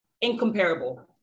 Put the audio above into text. incomparable